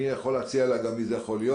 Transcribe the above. אני יכול להציע לה מי זה יכול להיות,